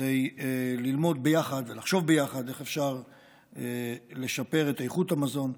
כדי ללמוד ביחד ולחשוב ביחד איך אפשר לשפר את איכות המזון,